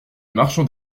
marchand